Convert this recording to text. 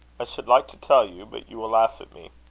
i should like to tell you, but you will laugh at me.